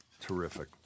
terrific